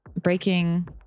breaking